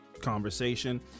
conversation